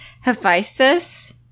Hephaestus